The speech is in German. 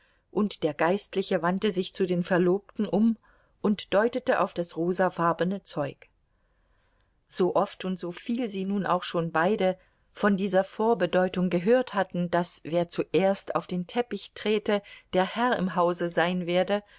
und der geistliche wandte sich zu den verlobten um und deutete auf das rosafarbene zeug so oft und so viel sie nun auch schon beide von dieser vorbedeutung gehört hatten daß wer zuerst auf den teppich trete der herr im hause sein werde